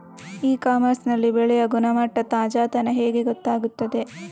E commerce ನಲ್ಲಿ ಬೆಳೆಯ ಗುಣಮಟ್ಟ, ತಾಜಾತನ ಹೇಗೆ ಗೊತ್ತಾಗುತ್ತದೆ?